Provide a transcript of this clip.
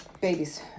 babies